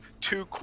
two